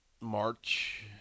March